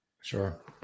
Sure